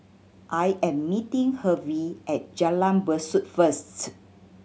I am meeting Hervey at Jalan Besut first